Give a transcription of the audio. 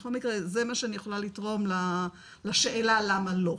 בכל מקרה זה מה שאני יכולה לתרום לשאלה למה לא?